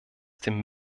dem